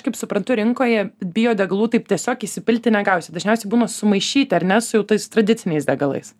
kaip suprantu rinkoje biodegalų taip tiesiog įsipilti negausi dažniausiai būna sumaišyti ar ne su jau tais tradiciniais degalais